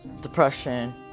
Depression